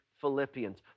Philippians